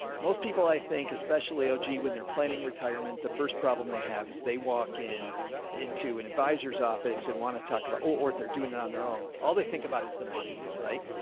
most people, i think, especially ah when they're planning retirement, the first problem they have is they walk in into an advisor's office and want to talk about, or if they're doing it on their own, all they think about is the money, right?